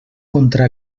contra